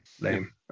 Lame